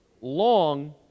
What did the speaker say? long